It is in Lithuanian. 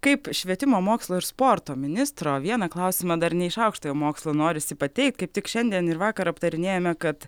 kaip švietimo mokslo ir sporto ministro vieną klausimą dar ne iš aukštojo mokslo norisi pateikt kaip tik šiandien ir vakar aptarinėjome kad